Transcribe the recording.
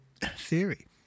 theory